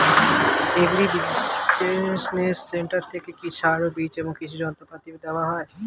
Agri business centre থেকে কি সার ও বিজ এবং কৃষি যন্ত্র পাতি দেওয়া হয়?